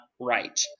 right